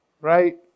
right